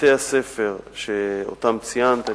בתי-הספר שציינת,